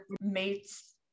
mates